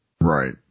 Right